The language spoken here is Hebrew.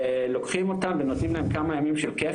ולוקחים אותם ונותנים להם כמה ימים של כייף,